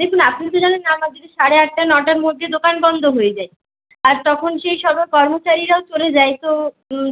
দেখুন আপনি তো জানেন আমাদের সাড়ে আটটা নটার মধ্যে দোকান বন্ধ হয়ে যায় আর তখন সেই কর্মচারীরাও চলে যায় তো